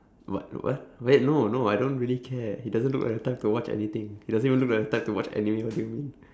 what what wait no no I don't really care he doesn't look like the type to watch anything he doesn't even look like the type who watch anime what do you mean